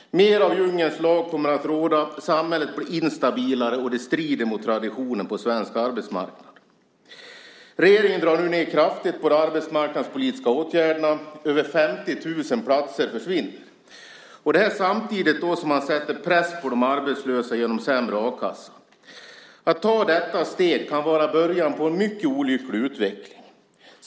Mer av djungelns lag kommer att råda, samhället blir instabilare och det strider mot traditionen på svensk arbetsmarknad. Regeringen drar nu kraftigt ned på de arbetsmarknadspolitiska åtgärderna. Över 50 000 platser försvinner, samtidigt som man sätter press på de arbetslösa genom sämre a-kassa. Att ta detta steg kan vara början på en mycket olycklig utveckling.